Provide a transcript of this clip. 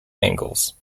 ankles